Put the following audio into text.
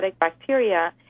bacteria